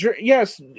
yes